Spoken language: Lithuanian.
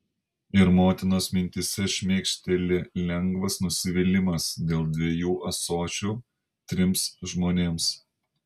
ir motinos mintyse šmėkšteli lengvas nusivylimas dėl dviejų ąsočių trims žmonėms